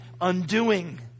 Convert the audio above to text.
undoing